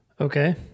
Okay